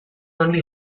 only